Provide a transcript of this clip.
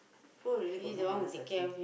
poor already got no